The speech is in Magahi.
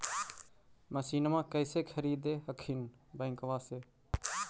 मसिनमा कैसे खरीदे हखिन बैंकबा से?